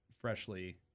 freshly